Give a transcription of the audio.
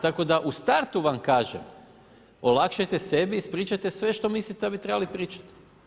Tako da u startu vam kažem, olakšajte sebi, ispričajte sve što mislite da bi trebali pričati.